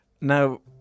Now